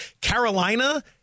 Carolina